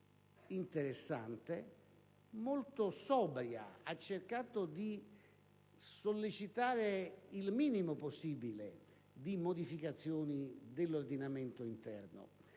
interessante, molto sobria, ha cercato di sollecitare il minimo possibile di modificazioni dell'ordinamento interno.